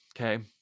Okay